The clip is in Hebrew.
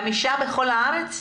בכל הארץ?